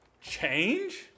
Change